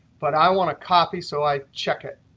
but i want a copy so i check it.